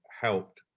helped